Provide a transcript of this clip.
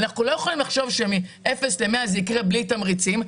אנחנו לא יכולים לחשוב שמאפס ל-100 זה יקרה בלי תמריצים,